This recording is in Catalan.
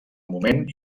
moment